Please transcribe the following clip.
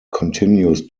continues